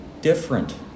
different